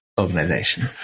organization